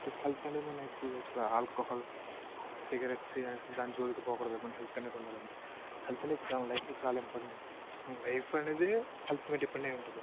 health అనేది మనం ఇప్పుడు అసలు ఆల్కహాల్ సిగరెట్స్ దాని జోలికి పోకూడదు మన హెల్త్ అనేది ఉండాలంటే హెల్త్ అనేది లైఫ్ చాలా ఇంపార్టెంట్ లైఫ్ అనేది హెల్త్ పైన డిపెండ్ అయ్యి ఉంటుంది